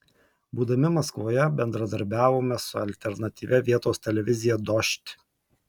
būdami maskvoje bendradarbiavome su alternatyvia vietos televizija dožd